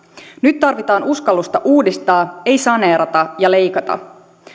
nyt tarvitaan uskallusta uudistaa ei saneerata ja leikata